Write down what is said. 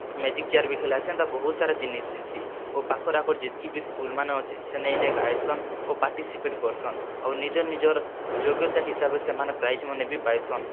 music chair ବି ଖେଲା ହେସି ଏନ୍ତା ବହୁତ୍ ସାରା ଜିନିଷ୍ ହେସି ଆଉ ପାଖର୍ ଆଖର୍ ଯେତ୍କି ବି ସ୍କୁଲ୍ ମାନେ ଅଛି ସେନେ ଇନ୍କେ ଆଏସନ୍ ଓ ପାର୍ଟିସିପେଟ୍ କର୍ସନ୍ ଆଉ ନିଜ ନିଜର୍ ଯୋଗ୍ୟତା ହିସାବ୍ରେ ସେମାନେ ପ୍ରାଇଜ୍ ମାନେ ବି ପାଏସନ୍